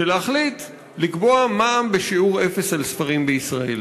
של להחליט לקבוע מע"מ בשיעור אפס על ספרים בישראל.